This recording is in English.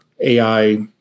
AI